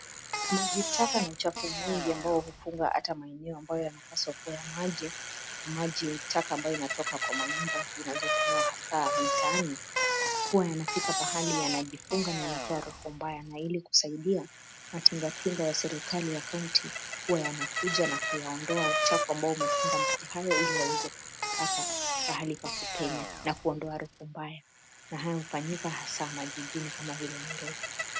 Maji taka na uchafu mwingi ambao hufunga hata maeneo ambayo yanapaswa kuwa ya maji, na maji taka ambayo inatoka kwa manyumba, zinazotoka hasa mitaani, huwa yanafika mahali yanajifunga na yanatoa harufu mbaya, na ili kusaidia, matingatinga ya serikali ya kaunti, huwa yanakuja na kuyaondoa uchafu ambao umefunga maji hayo ili yaweze kupata mahali pa kupenya, na kuondoa harufu mbaya. Na haya hufanyika hasaa majijini kama vile Nairobi.